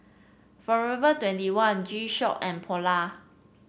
Forever twenty one G Shock and Polar